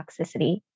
toxicity